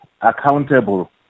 accountable